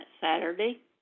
Saturday